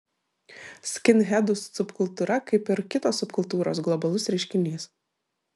skinhedų subkultūra kaip ir kitos subkultūros globalus reiškinys